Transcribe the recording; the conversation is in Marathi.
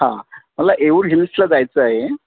हां मला येऊर हिल्सला जायचं आहे